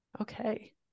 Okay